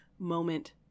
Moment